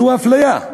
זו אפליה.